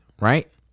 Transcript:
right